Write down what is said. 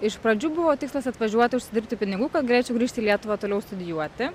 iš pradžių buvo tikslas atvažiuoti užsidirbti pinigų kad galėčiau grįžt į lietuvą toliau studijuoti